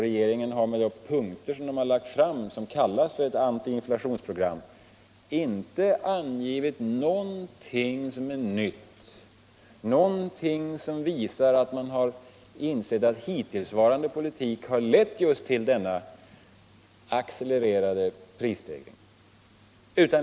Regeringen har med de punkter som den har lagt fram och som kallas ett inflationsprogram inte angivit någonting som är nytt, som visar att man har insett att den hittillsvarande politiken har lett till just denna accelererade prisstegring.